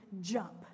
jump